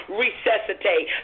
resuscitate